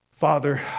Father